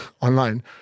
online